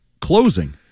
closing